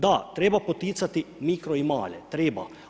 Da, treba poticat mikro i male, treba.